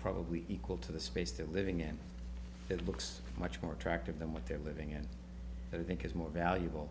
probably equal to the space that living in that looks much more attractive than what they're living in that i think is more valuable